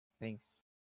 Thanks